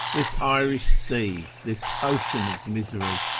this irish sea, this ocean of misery,